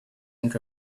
and